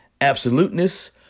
absoluteness